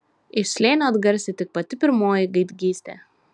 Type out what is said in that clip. iš slėnio atgarsi tik pati pirmoji gaidgystė